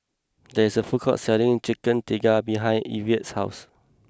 there is a food court selling Chicken Tikka behind Ivette's house